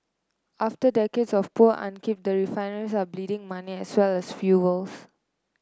after decades of poor upkeep the refineries are bleeding money as well as fuel